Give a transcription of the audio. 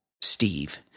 Steve